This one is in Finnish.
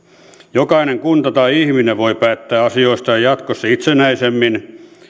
jokainen kunta tai ihminen voi päättää asioistaan jatkossa itsenäisemmin